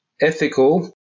ethical